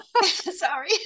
Sorry